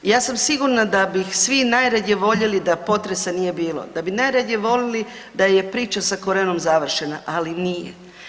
Ja sam sigurna da bi svi najradije voljeli da potresa nije bilo, da bi najradije voljeli da je priča sa Korenom završena ali nije.